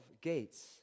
gates